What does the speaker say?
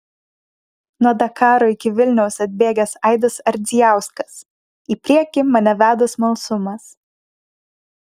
nuo dakaro iki vilniaus atbėgęs aidas ardzijauskas į priekį mane veda smalsumas